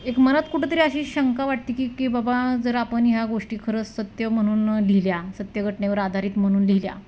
एक मनात कुठंतरी अशी शंका वाटते की की बाबा जर आपण ह्या गोष्टी खरंच सत्य म्हणून लिहिल्या सत्य घटनेवर आधारित म्हणून लिहिल्या